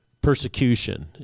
persecution